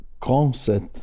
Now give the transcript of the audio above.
concept